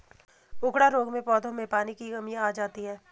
उकडा रोग में पौधों में पानी की कमी आ जाती है